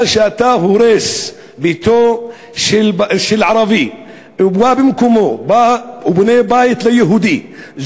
אבל כשאתה הורס את ביתו של ערבי ובא ובונה בית ליהודי במקומו,